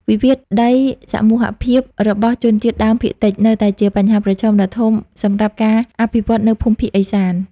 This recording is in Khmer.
វិវាទដីសមូហភាពរបស់ជនជាតិដើមភាគតិច នៅតែជាបញ្ហាប្រឈមដ៏ធំសម្រាប់ការអភិវឌ្ឍនៅភូមិភាគឦសាន។